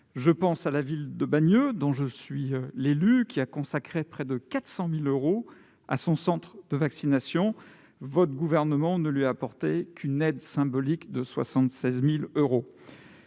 Je pense à la ville de Bagneux, dont je suis l'élu, qui a consacré près de 400 000 euros à son centre de vaccination. Le Gouvernement ne lui a apporté qu'une aide symbolique de 76 000 euros